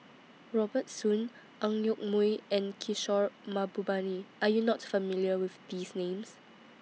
Robert Soon Ang Yoke Mooi and Kishore Mahbubani Are YOU not familiar with These Names